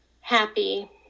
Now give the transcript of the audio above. happy